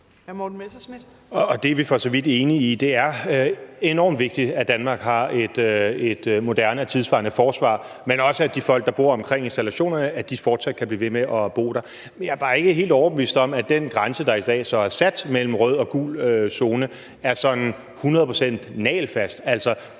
Det er vi for så vidt enige i. Det er enormt vigtigt, at Danmark har et moderne og tidssvarende forsvar, men også at de folk, der bor omkring installationerne, fortsat kan blive ved med at bo der. Jeg er bare ikke helt overbevist om, at den grænse, der så i dag er sat mellem rød og gul zone, er hundrede procent